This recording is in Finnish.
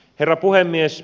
herra puhemies